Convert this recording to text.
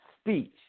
speech